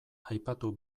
aipatu